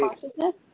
Consciousness